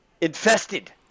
infested